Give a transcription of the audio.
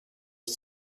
ich